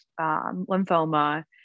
lymphoma